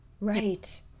Right